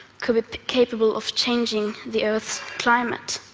could be capable of changing the earth's climate.